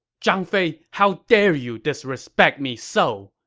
zhang fei, how dare you disrespect me so!